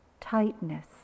tightness